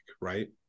right